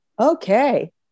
okay